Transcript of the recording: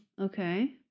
Okay